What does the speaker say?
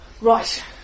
Right